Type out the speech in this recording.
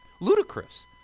ludicrous